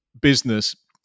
business